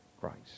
Christ